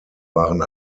waren